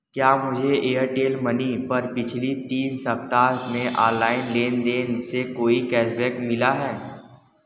क्या मुझे एयरटेल मनी पर पिछले तीन सप्ताह में ऑनलाइन लेन देन से कोई कैशबैक मिला है